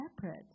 separate